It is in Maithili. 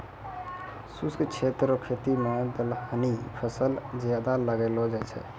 शुष्क क्षेत्र रो खेती मे दलहनी फसल ज्यादा लगैलो जाय छै